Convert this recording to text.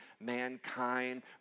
mankind